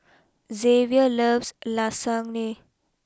Zavier loves Lasagne